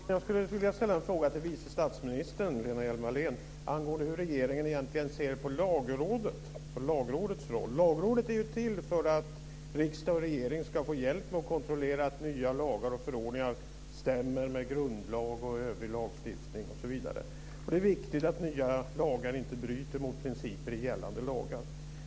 Fru talman! Jag skulle vilja ställa en fråga till vice statsminister Lena Hjelm-Wallén angående hur regeringen egentligen ser på Lagrådets roll. Lagrådet är ju till för att riksdag och regering ska få hjälp med att kontrollera att nya lagar och förordningar stämmer med grundlag, övrig lagstiftning osv. Det är viktigt att nya lagar inte bryter mot principer i gällande lagar.